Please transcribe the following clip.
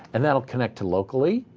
and that will connect to locally,